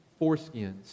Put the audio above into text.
foreskins